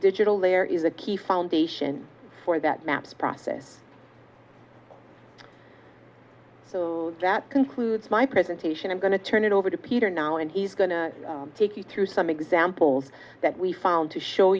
digital there is a key foundation for that maps process so that concludes my presentation i'm going to turn it over to peter now and he's going to take you through some examples that we found to show